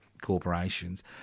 corporations